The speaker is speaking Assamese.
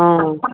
অঁ